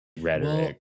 rhetoric